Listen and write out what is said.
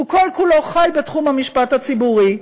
הוא כל כולו חי בתחום המשפט הציבורי.